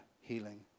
healing